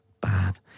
Bad